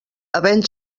havent